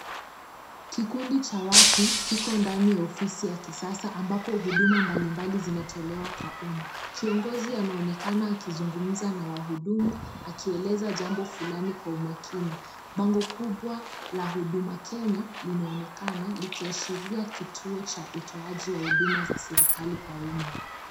Kikundi cha watu kiko ndani ya ofisi ya kisasa ambapo huduma mbali mbali zinatolewa kwa umma, kiongozi anaonekana akizungumza akieleza jambo fulani kwa umakini, bango kubwa la huduma Kenya linonekana likiashiria kituo cha utoaji wa huduma za serikali kwa umma.